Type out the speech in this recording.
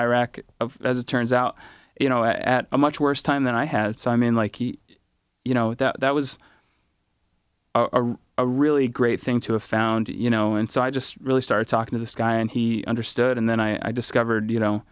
iraq as it turns out you know at a much worse time than i had so i mean like you know that was a really great thing to have found you know and so i just really started talking to this guy and he understood and then i discovered you know